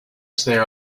stare